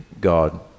God